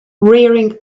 rearing